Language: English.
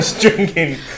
drinking